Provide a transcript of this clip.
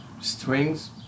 strings